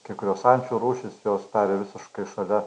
kai kurios ančių rūšys jos tarė visiškai šalia